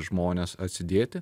žmones atsidėti